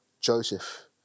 Joseph